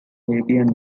fabian